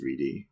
3D